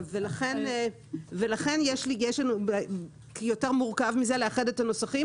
ולכן זה יותר מורכב מזה לאחד את הנוסחים,